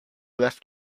left